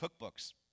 Cookbooks